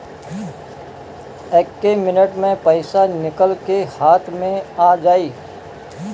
एक्के मिनट मे पईसा निकल के हाथे मे आ जाई